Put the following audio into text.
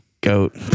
Goat